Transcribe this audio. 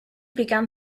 began